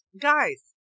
guys